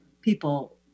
people